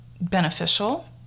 beneficial